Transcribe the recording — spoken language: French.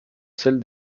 celle